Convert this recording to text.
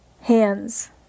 hands